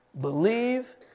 Believe